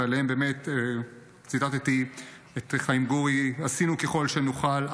ועליהם ציטטתי את חיים גורי: "עשינו ככל שנוכל,